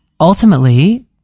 ultimately